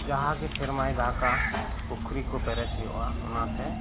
ᱡᱟᱸᱦᱟ ᱜᱮ ᱥᱮᱨᱢᱟᱭ ᱫᱟᱜᱟ ᱯᱩᱠᱷᱨᱤ ᱠᱚ ᱯᱮᱨᱮᱡᱽ ᱦᱩᱭᱩᱜᱼᱟ ᱚᱱᱟᱛᱮ